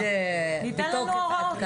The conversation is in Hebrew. ייתן לנו הוראות.